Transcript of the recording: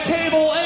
Cable